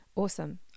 Awesome